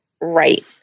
right